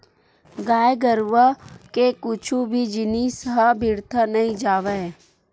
गाय गरुवा के कुछु भी जिनिस ह बिरथा नइ जावय